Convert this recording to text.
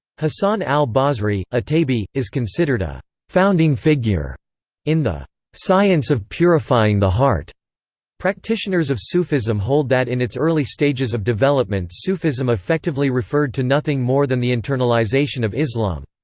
hasan al-basri, a tabi, is considered a founding figure in the science of purifying the heart practitioners of sufism hold that in its early stages of development sufism effectively referred to nothing more than the internalization of islam.